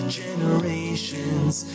generations